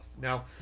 Now